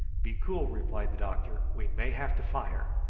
be cool, replied the doctor, we may have to fire.